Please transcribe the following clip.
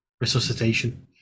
resuscitation